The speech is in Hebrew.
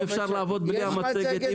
אם אפשר לעבוד בלי המצגת.